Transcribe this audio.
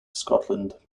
scotland